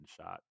shot